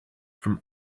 from